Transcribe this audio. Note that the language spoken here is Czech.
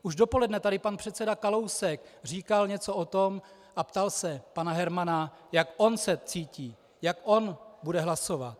Už dopoledne tady pan předseda Kalousek říkal něco o tom a ptal se pana Hermana, jak on se cítí, jak on bude hlasovat.